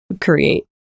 create